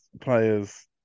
players